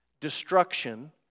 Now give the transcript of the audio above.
Destruction